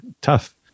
tough